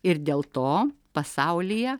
ir dėl to pasaulyje